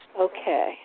Okay